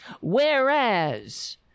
Whereas